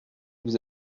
vous